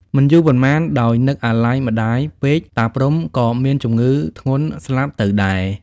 មិនយូរប៉ុន្មាន ដោយនឹកអាល័យម្ដាយពេកតា ព្រហ្ម ក៏មានជំងឺធ្ងន់ស្លាប់ទៅដែរ ។